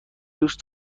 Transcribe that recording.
دوست